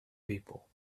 people